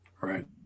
Right